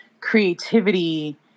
creativity